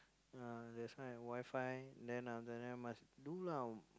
ya that's why WiFi then after that must do lah